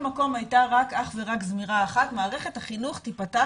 ועלתה, נאמר שמערכת החינוך תיפתח